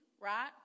right